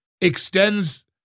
extends